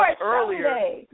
earlier